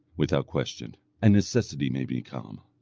without question, and necessity made me come.